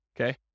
Okay